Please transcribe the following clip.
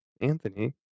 Anthony